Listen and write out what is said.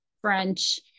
French